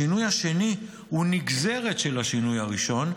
השינוי השני הוא נגזרת מן השינוי הראשון,